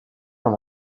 dans